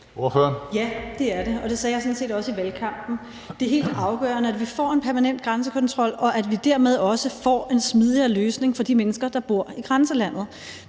Ja, det er det, og det sagde jeg sådan set også i valgkampen. Det er helt afgørende, at vi får en permanent grænsekontrol, og at vi dermed også får en smidigere løsning for de mennesker, der bor i grænselandet.